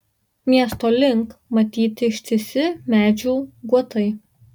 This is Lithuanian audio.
miesto link matyti ištisi medžių guotai